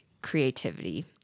Creativity